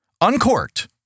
uncorked